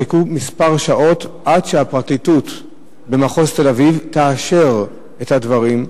חיכו כמה שעות עד שהפרקליטות במחוז תל-אביב תאשר את הדברים,